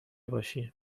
باشی